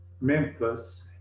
Memphis